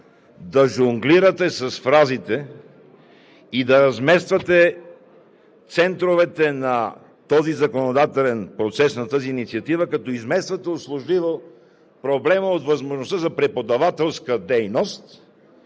да жонглирате с фразите и да размествате центровете на този законодателен процес, на тази инициатива, като измествате услужливо проблема от възможността за преподавателска дейност,